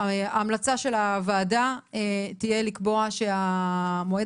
ההמלצה של הוועדה תהיה לקבוע שהמועד